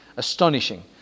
Astonishing